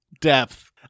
depth